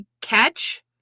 catch